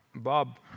Bob